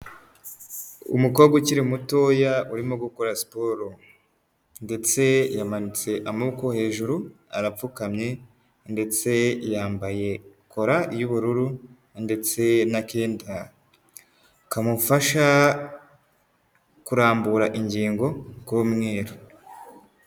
Umukobwa ukiri mutoya urimo gukora siporo ndetse yamanitse amaboko hejuru arapfukamye ndetse yambaye kora y'ubururu ndetse n'akenda kamufasha kurambura ingingo k'umweru.